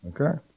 Okay